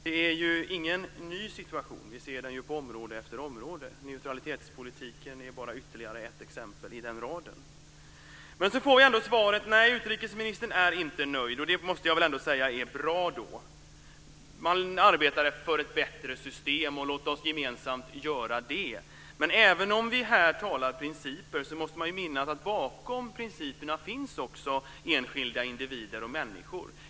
Det är inte någon ny situation. Vi ser den på område efter område. Neutralitetspolitiken är bara ytterligare ett exempel i den raden. Sedan får vi ändå svaret: Nej, utrikesministern är inte nöjd. Det måste jag ändå säga är bra. Man arbetar för ett bättre system, och låt oss gemensamt göra det. Men även om vi här talar om principer måste man minnas att bakom principerna finns också enskilda individer, människor.